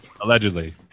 Allegedly